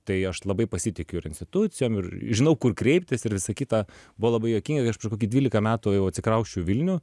tai aš labai pasitikiu ir institucijom ir žinau kur kreiptis ir visa kita buvo labai juokinga kai aš prieš kokį dvylika metų jau atsikrausčiau į vilnių